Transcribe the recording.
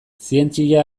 zientzia